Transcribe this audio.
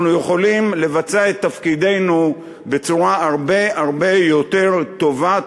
אנחנו יכולים לבצע את תפקידנו בצורה הרבה הרבה יותר טובה,